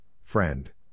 friend